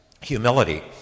humility